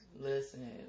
Listen